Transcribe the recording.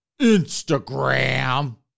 Instagram